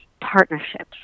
partnerships